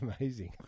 amazing